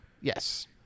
Yes